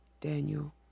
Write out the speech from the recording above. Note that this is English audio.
Daniel